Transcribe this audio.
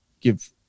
give